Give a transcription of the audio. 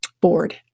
bored